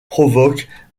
provoque